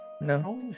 No